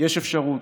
יש אפשרות,